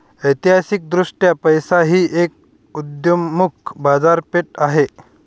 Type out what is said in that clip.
ऐतिहासिकदृष्ट्या पैसा ही एक उदयोन्मुख बाजारपेठ आहे